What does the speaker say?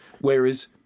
Whereas